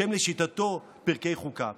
שהם לשיטתו פרקי חוקה.